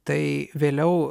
tai vėliau